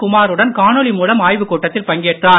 குமாருடன் காணொளி மூலம் ஆய்வுக்கூட்டத்தில் பங்கேற்றார்